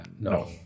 No